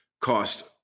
cost